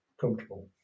comfortable